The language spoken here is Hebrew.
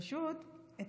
פשוט את